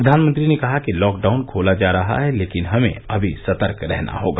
प्रधानमंत्री ने कहा कि लॉकडाउन खोला जा रहा है लेकिन हमें अभी सतर्क रहना होगा